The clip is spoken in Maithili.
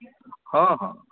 हँ हँ